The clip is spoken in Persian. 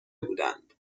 بودند